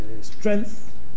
strength